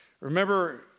Remember